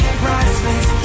priceless